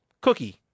cookie